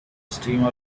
streamer